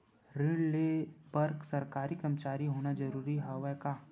ऋण ले बर सरकारी कर्मचारी होना जरूरी हवय का?